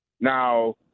Now